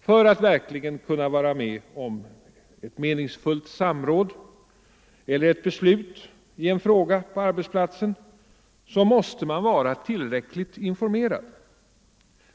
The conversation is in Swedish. För att verkligen kunna vara med om ett meningsfullt samråd eller ett beslut i en fråga på arbetsplatsen måste man vara tillräckligt informerad.